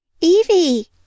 Evie